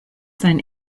sein